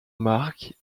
marque